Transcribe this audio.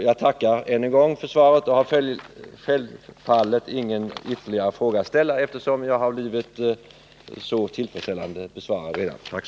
Jag tackar än en gång för svaret och har självfallet ingen ytterligare fråga att ställa, eftersom det besked jag Om prisnivån på redan fått var så tillfredsställande.